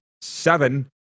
seven